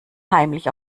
heimlich